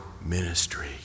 ministry